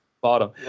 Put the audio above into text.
bottom